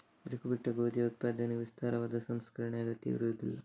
ಬಿರುಕು ಬಿಟ್ಟ ಗೋಧಿಯ ಉತ್ಪಾದನೆಗೆ ವಿಸ್ತಾರವಾದ ಸಂಸ್ಕರಣೆಯ ಅಗತ್ಯವಿರುವುದಿಲ್ಲ